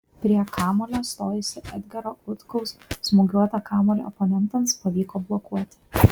prie kamuolio stojusio edgaro utkaus smūgiuotą kamuolį oponentams pavyko blokuoti